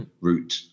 route